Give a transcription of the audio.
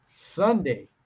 Sunday